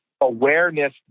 awareness